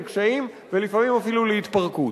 לקשיים ולפעמים אפילו להתפרקות.